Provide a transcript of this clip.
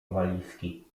walizki